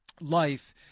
life